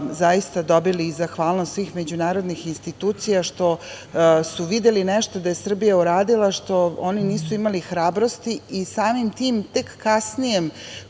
zaista dobili zahvalnost svih međunarodnih institucija, što su videli da je Srbija uradila nešto što oni nisu imali hrabrosti i samim tim tek kasnije